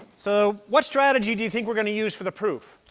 so what strategy do you think we're going to use for the proof?